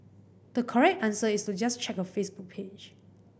the correct answer is to just check her Facebook page